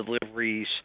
deliveries